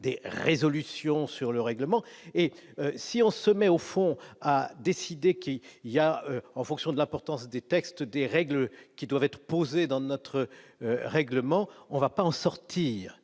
des résolutions sur le règlement et si on se met au fond à décider qui il y a, en fonction de l'importance des textes, des règles qui doivent être posées dans notre règlement, on va pas en sortir,